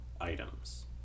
items